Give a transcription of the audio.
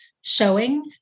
showing